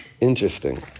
Interesting